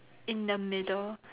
in the middle